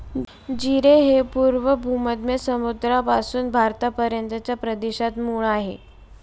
जीरे हे पूर्व भूमध्य समुद्रापासून भारतापर्यंतच्या प्रदेशात मूळ आहे